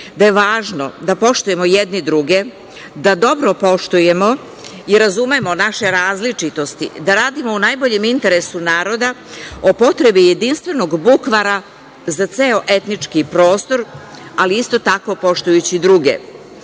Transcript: da je važno da poštujemo jedni druge, da dobro poštujemo i razumemo naše različitosti, da radimo u najboljem interesu naroda o potrebi jedinstvenog bukvara za ceo etnički prostor, ali isto tako, poštujući druge. Isto